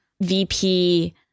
VP